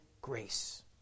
grace